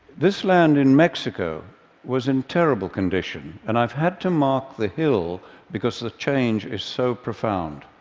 this land in mexico was in terrible condition, and i've had to mark the hill because the change is so profound.